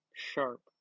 sharp